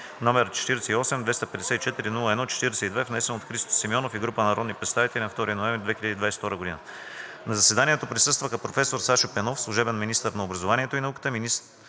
№ 48-254-01-42, внесен от Христо Симеонов и група народни представители на 2 ноември 2022 г. На заседанието присъстваха професор Сашо Пенов – служебен министър на образованието и науката,